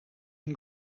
and